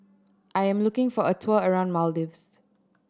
I am looking for a tour around Maldives